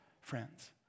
friends